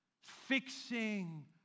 fixing